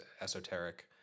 esoteric